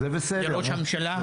לראש הממשלה.